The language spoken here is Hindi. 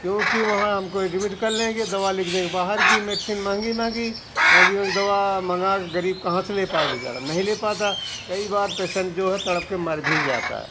क्योंकि वहाँ हमको एडमिट कर लेंगे दवा लिख देंगे बाहर की मेडिसिन महंगी महंगी महंगी महंगी दवा मंगा के गरीब कहाँ से ले पाएगा बेचारा नहीं ले पाता कई बार पेसेंट जो है तड़प के मर भी जाता है